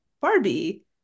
barbie